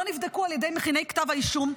לא נבדקו על ידי מכיני כתב האישום.